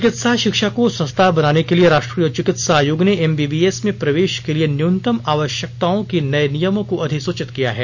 चिकित्सा शिक्षा को सस्ता बनाने के लिए राष्ट्रीय चिकित्सा आयोग ने एम बी बी एस में प्रवेश के लिए न्यूनतम आवश्यकताओं के नये नियमों को अधिसूचित किया है